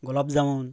গোলাপ জামুন